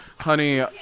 Honey